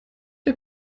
der